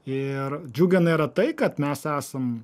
ir džiugina yra tai kad mes esam